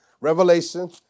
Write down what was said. Revelation